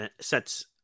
sets